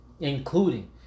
including